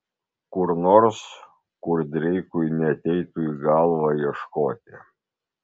kur nors kur dreikui neateitų į galvą ieškoti